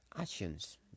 actions